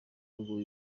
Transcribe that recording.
rugo